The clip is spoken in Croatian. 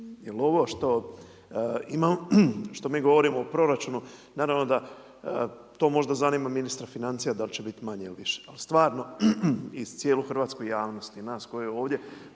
Jer ovo što mi govorimo o proračunu naravno da to možda zanima ministra financija da li će biti manje ili više. Ali stvarno i cijelu hrvatsku javnost i nas koji smo ovdje